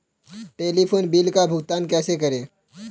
Telephone bill का भुगतान कैसे करें?